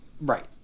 Right